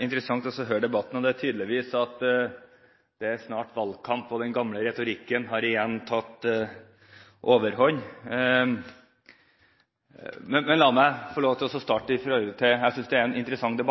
interessant å høre på debatten. Det er tydelig at det snart er valgkamp – den gamle retorikken har igjen tatt overhånd. Men la meg starte med å si at jeg synes interpellasjonen reiser en interessant